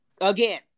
Again